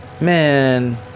Man